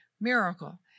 miracle